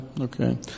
Okay